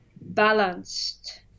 balanced